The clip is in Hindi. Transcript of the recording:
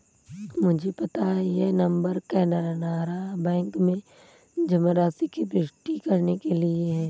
मुझे पता है यह नंबर कैनरा बैंक में जमा राशि की पुष्टि करने के लिए है